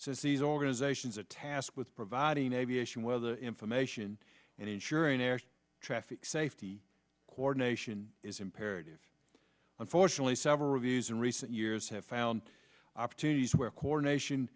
says these organizations are tasked with providing aviation weather information and ensuring air traffic safety coordination is imperative unfortunately several reviews in recent years have found opportunities where coordination